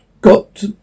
got